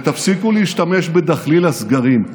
ותפסיקו להשתמש בדחליל הסגרים.